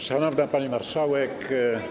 Szanowna Pani Marszałek!